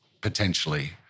potentially